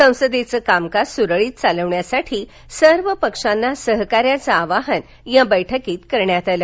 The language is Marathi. संसदेचं कामकाज सुरळीत चालवण्यासाठी सर्व पक्षांना सहकार्याचं आवाहन या बैठकीत करण्यात आलं